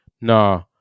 Nah